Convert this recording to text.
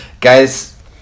guys